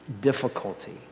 difficulty